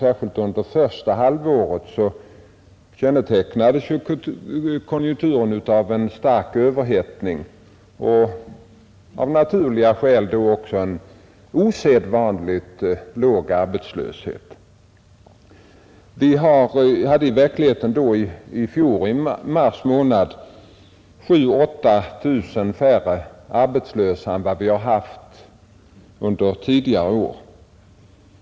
Särskilt under det första halvåret kännetecknades konjunkturen av en stark överhettning och av en av naturliga skäl då också osedvanligt liten arbetslöshet. I mars månad i fjol hade vi 7 000 å 8 000 färre arbetslösa än vad vi haft under iidigare år.